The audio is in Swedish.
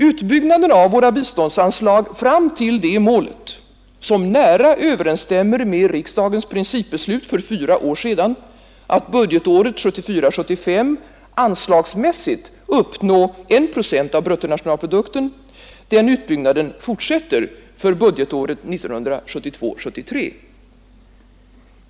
Utbyggnaden av våra biståndsanslag fram till det målet, som nära överensstämmer med riksdagens principbeslut för fyra år sedan att budgetåret 1974 73.